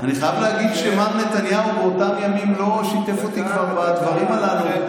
אני חייב להגיד שמר נתניהו באותם ימים לא שיתף אותי כבר בדברים הללו.